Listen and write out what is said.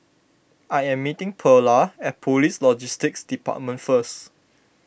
I am meeting Pearla at Police Logistics Department first